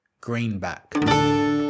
Greenback